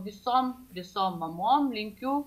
visom visom mamom linkiu